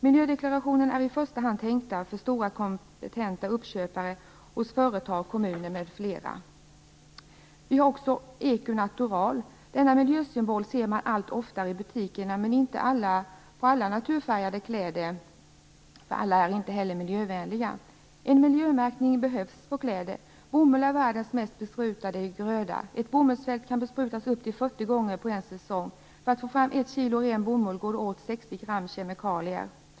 Miljödeklarationer är i första hand tänkta för stora kompetenta uppköpare hos företag, kommuner, m.fl. Vi har också Eko-natural. Denna miljösymbol ser man allt oftare i butikerna, men inte på alla naturfärgade kläder. Alla är inte heller miljövänliga. En miljömärkning behövs på kläder. Bomull är världens mest besprutade gröda. Ett bomullsfält kan besprutas upp till 40 gånger på en säsong. För att få fram ett kilo ren bomull går det åt 60 gram kemikalier.